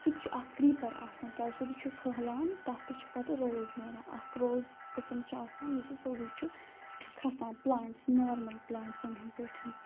سُہ تہِ چھُ اَکھ کریٖپَر آسان کیٛازِ سُہ تہِ چھُ پھٔہلان تَتھ تہِ چھُ پَتہٕ روز نیران اَکھ روز قٕسٕم چھُ آسان یُس سیوٚدُے چھُ کھَسان پٕلانٛٹٕس نارمَل پٕلانٛٹسَن ہِنٛدۍ پٲٹھۍ